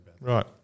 Right